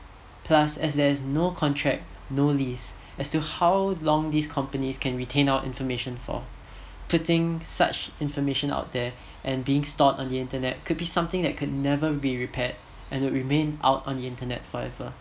plus as there is no contract no lease as to how long these companies can retain our information for putting things such information out there and being stored on the internet could be something could never be repaired and remained out on the internet forever